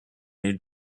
new